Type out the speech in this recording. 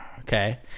okay